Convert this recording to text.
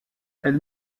elle